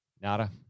Nada